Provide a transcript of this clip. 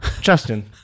Justin